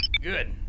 Good